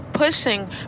pushing